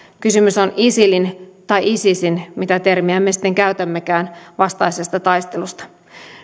kysymys on isilin tai isisin mitä termiä me sitten käytämmekään vastaisesta taistelusta